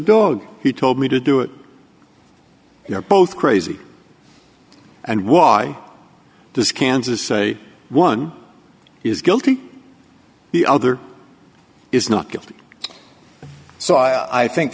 dog he told me to do it you're both crazy and why does kansas say one is guilty the other is not guilty so i think